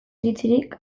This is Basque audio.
iritzirik